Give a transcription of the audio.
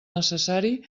necessari